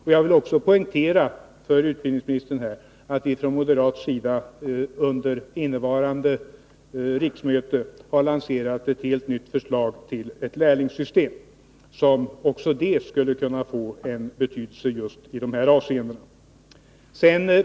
Jag vill också poängtera för utbildningsministern att vi från moderat sida under innevarande riksmöte lanserat ett helt nytt förslag till ett lärlingssystem, som skulle kunna vara av stor betydelse i de här avseendena.